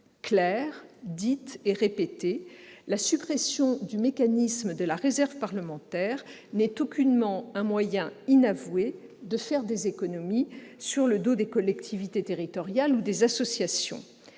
claires, dites et répétées : la suppression du mécanisme de la réserve parlementaire n'est aucunement un moyen inavoué de faire des économies sur le dos des collectivités territoriales ou des associations.